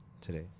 today